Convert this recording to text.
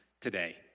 today